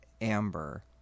amber